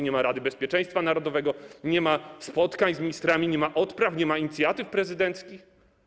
Nie ma Rady Bezpieczeństwa Narodowego, nie ma spotkań z ministrami, nie ma odpraw, nie ma inicjatyw prezydenckich.